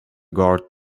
guard